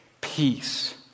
peace